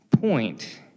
point